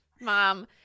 Mom